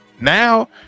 now